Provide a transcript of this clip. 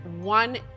one